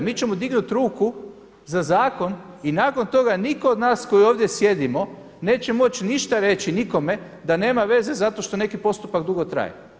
Mi ćemo dignut ruku za zakon i nakon toga nitko od nas koji ovdje sjedimo neće moći ništa reći nikome da nema veze zato što neki postupak dugo traje.